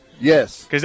Yes